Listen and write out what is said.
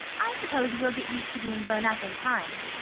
i suppose we'll get used to being grownup in time,